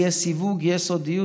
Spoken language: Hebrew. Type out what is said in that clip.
יהיה סיווג, תהיה סודיות.